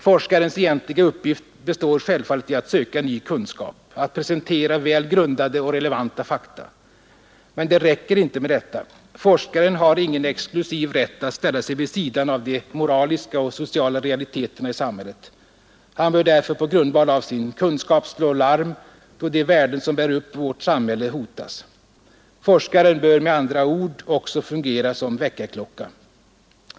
Forskarens egentliga uppgift består självfallet i att söka ny kunskap och att presentera väl grundade och relevanta fakta. Men det räcker inte med detta. Forskaren har ingen exklusiv rätt att ställa sig vid sidan av de moraliska och sociala realiteterna i samhället. Han bör därför på grundval av sin kunskap slå larm då de värden som bär upp vårt samhälle hotas. Forskaren bör med andra ord också fungera som väckarklocka.